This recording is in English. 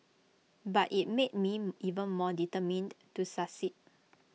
but IT made me even more determined to succeed